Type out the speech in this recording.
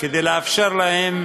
כדי לאפשר להם